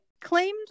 claimed